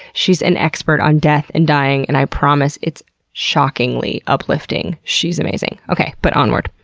she's an expert on death and dying. and i promise it's shockingly uplifting. she's amazing. okay, but onward.